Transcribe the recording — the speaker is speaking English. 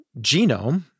genome